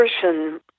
person